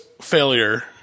failure